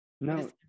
No